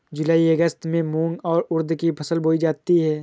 जूलाई अगस्त में मूंग और उर्द की फसल बोई जाती है